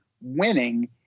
winning